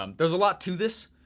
um there's a lot to this,